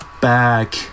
back